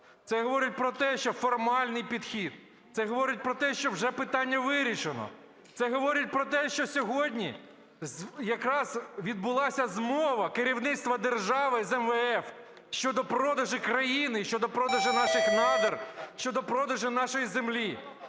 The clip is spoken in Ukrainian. Це говорить про те, що формальний підхід, це говорить про те, що вже питання вирішено, це говорить про те, що сьогодні якраз відбулася змова керівництва держави з МВФ щодо продажу країни і щодо продажу наших надр, щодо продажу нашої землі,